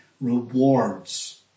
rewards